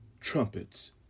trumpets